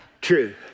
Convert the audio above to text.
True